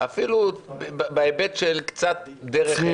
אפילו בהיבט של קצת דרך ארץ.